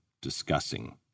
discussing